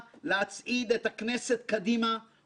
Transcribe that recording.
היום כשאני מביט לאחור על התהליך,